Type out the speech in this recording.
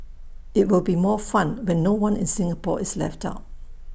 IT will be more fun when no one in Singapore is left out